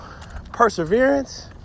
perseverance